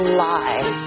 lie